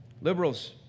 Liberals